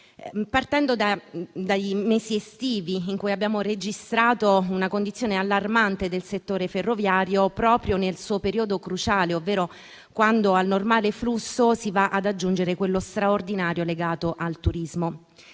partendo dai mesi estivi, in cui abbiamo registrato una condizione allarmante del settore ferroviario proprio nel suo periodo cruciale, ovvero quando al normale flusso si va ad aggiungere quello straordinario legato al turismo.